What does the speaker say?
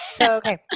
Okay